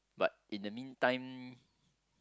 but in the meantime